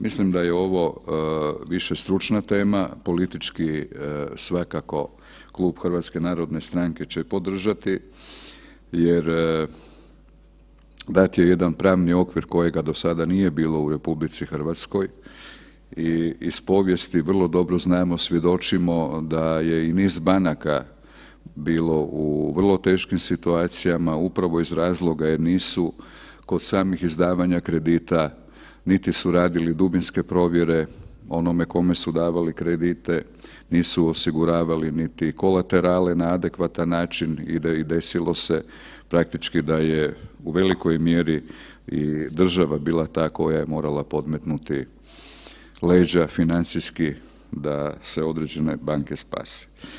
Mislim da je ovo više stručna tema, politički svakako klub HNS-a će podržati jer dat je jedan pravni okvir kojega do sada nije bilo u RH i iz povijesti vrlo dobro znamo, svjedočimo da je i niz banaka bilo u vrlo teškim situacijama upravo iz razloga jer nisu kod samih izdavanja kredita, niti su radili dubinske provjere onome kome su davali kredite, nisu osiguravali niti kolaterale na adekvatan način i desilo se praktički da je u velikoj mjeri i država bila ta koja je morala podmetnuti leđa financijski da se određene banke spase.